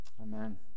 Amen